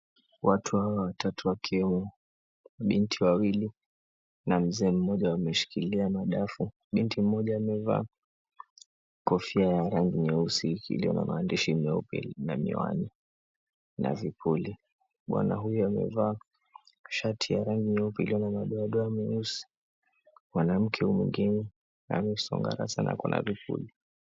Watu hawa watatu wa kiume, binti wawili na mzee mmoja wameshikilia madafu. Binti mmoja amevaa kofia ya rangi nyeusi iliyo na maandishi meupe na miwani na vipuli. Bwana huyu amevaa shati ya rangi nyeupe iliyo na madoadoa meusi. Mwanamke huyu mwingine amevaa koti na viatu.